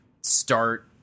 start